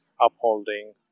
upholding